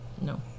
no